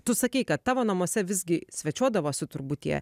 tu sakei kad tavo namuose visgi svečiuodavosi turbūt tie